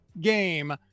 game